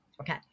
Okay